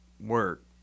work